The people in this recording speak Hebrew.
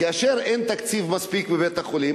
כאשר אין תקציב מספיק בבית-החולים,